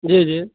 जी जी